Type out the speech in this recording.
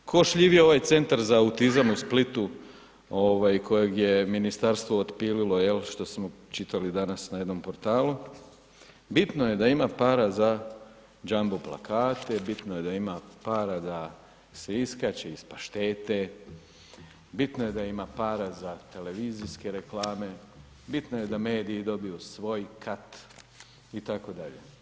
Tko šljivi ovaj Centar za autizam u Splitu, kojeg je ministarstvo otpililo, jel, što smo čitali danas na jednom portalu, bitno je da ima para za jambo plakate, bitno je da ima para, da se iskače iz paštete, bitno je da ima para za televizijske reklame, bitno je da mediji dobiju svoj kat itd.